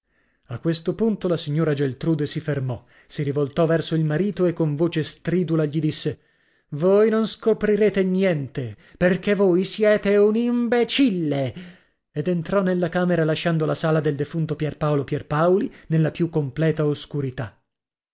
a questo punto la signora geltrude si fermò si rivoltò verso il marito e con voce stridula gli disse voi non scoprirete niente perché voi siete un imbecille ed entrò nella camera lasciando la sala del defunto pierpaolo pierpaoli nella più completa oscurità